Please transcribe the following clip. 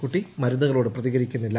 കുട്ടി മരുന്നുകളോട് പ്രതികരിക്കുന്നില്ല